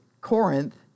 Corinth